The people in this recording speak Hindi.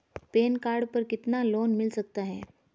पैन कार्ड पर कितना लोन मिल सकता है?